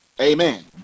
amen